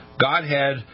Godhead